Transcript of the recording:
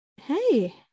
hey